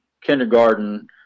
kindergarten